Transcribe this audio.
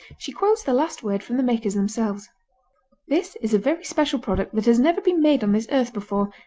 she quotes the last word from the makers themselves this is a very special product that has never been made on this earth before,